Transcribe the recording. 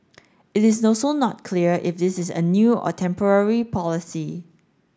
it is also not clear if this is a new or temporary policy